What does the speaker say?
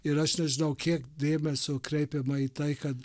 ir aš nežinau kiek dėmesio kreipiama į tai kad